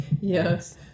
yes